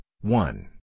one